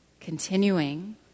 continuing